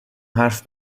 حرف